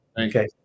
Okay